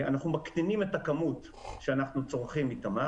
אנחנו מקטינים את הכמות שאנחנו צורכים מתמר